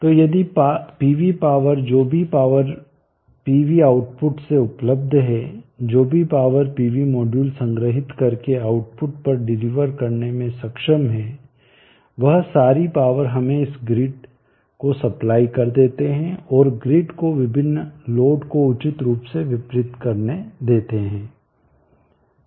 तो यदि PV power जो भी पावर पीवी आउटपुट से उपलब्ध है जो भी पावर पीवी मॉड्यूल संगृहीत करके आउटपुट पर डिलीवर करने में सक्षम है वह सारी पावर हमें इस ग्रिड को सप्लाई कर देते है और ग्रिड को विभिन्न लोड को उचित रूप से वितरित करने देते है